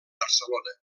barcelona